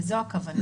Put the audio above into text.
לזו הכוונה.